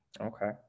Okay